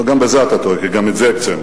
גם בזה אתה טועה, כי גם את זה הקצינו,